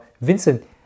Vincent